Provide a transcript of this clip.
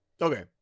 Okay